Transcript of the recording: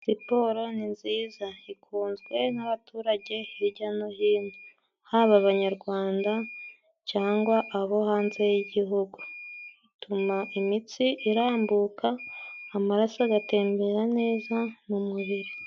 Siporo ni nziza ikunzwe n'abaturage hijya no hino haba abanyarwanda cyangwa abo hanze y'igihugu, ituma imitsi irambuka amaraso agatembera neza mu mubiri.